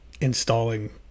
installing